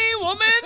woman